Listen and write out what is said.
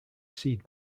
seed